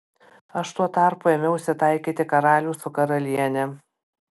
aš tuo tarpu ėmiausi taikyti karalių su karaliene